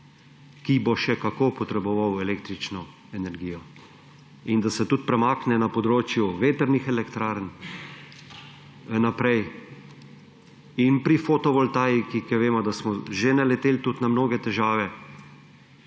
ki bo še kako potreboval električno energijo. In da se tudi premakne na področju vetrnih elektrarn naprej in pri fotovoltaiki, ker vemo, da smo že naleteli tudi na mnoge težave,